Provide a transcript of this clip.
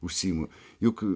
užsiimu juk